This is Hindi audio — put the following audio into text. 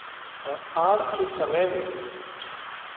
और आज के समय में